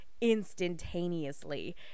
instantaneously